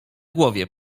głowie